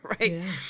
Right